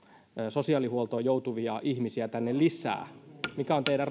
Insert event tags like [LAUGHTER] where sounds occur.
sosiaalihuoltoon joutuvia ihmisiä tänne lisää mikä on teidän [UNINTELLIGIBLE]